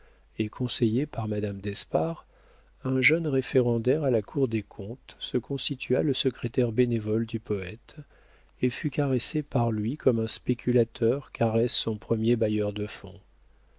et conseillé par madame d'espard un jeune référendaire à la cour des comptes se constitua le secrétaire bénévole du poëte et fut caressé par lui comme un spéculateur caresse son premier bailleur de